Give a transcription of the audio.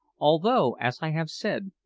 although, as i have said,